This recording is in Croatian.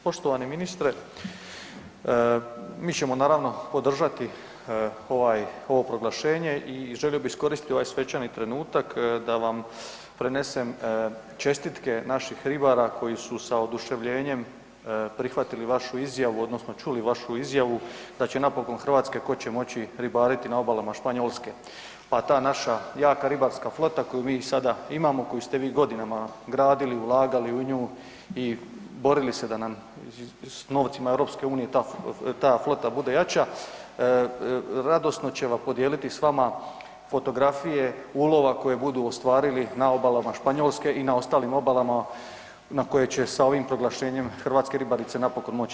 Poštovani ministre, mi ćemo naravno podržati ovo proglašenje i želio bi iskoristiti ovaj svečani trenutak da vam prenesem čestitke naših ribara koji su sa oduševljenjem prihvatili vašu izjavu odnosno čuli vašu izjavu da će napokon hrvatske koće moći ribariti na obalama Španjolske pa ta naša jaka ribarska flota koju mi sada imamo, koju ste godinama gradili, ulagali u nju i borili se da nam novcima EU-a ta flota bude jača, radosno će podijeliti s vama fotografije ulova koje budu ostvarili na obalama Španjolske i na ostalim obalama na koje će sa ovim proglašenjem hrvatske ribarice napokon moći izaći.